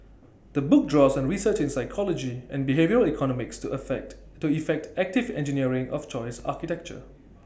the book draws on research in psychology and behavioural economics to affect to effect active engineering of choice architecture